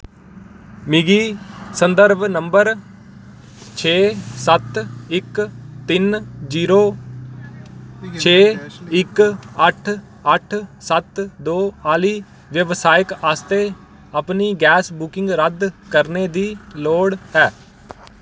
मिगी संदर्भ नंबर छेऽ सत्त इक तिन्न जीरो छेऽ इक अट्ठ अट्ठ सत्त दो आह्ली व्यवसायक आस्तै अपनी गैस बुकिंग रद्द करने दी लोड़ ऐ